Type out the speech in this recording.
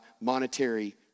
monetary